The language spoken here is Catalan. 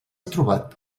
trobat